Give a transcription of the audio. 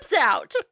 out